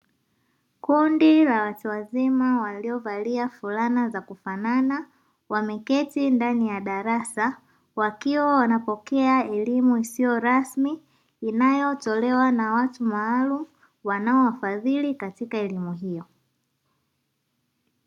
Kundi la watu wazima waliovalia fulana za kufanana, wameketi ndani ya darasa mm; wakiwa wanapokea elimu isiyo rasmi inayotolewa na watu maalumu wanaowafadhili katika elimu hiyo.